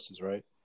right